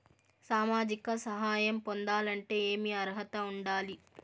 సామాజిక సహాయం పొందాలంటే ఏమి అర్హత ఉండాలి?